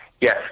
yes